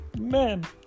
man